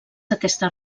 aquestes